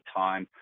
time